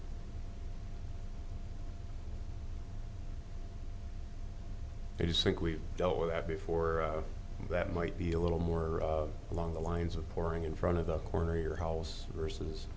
might be a little more along the lines of pouring in front of the corner of your house versus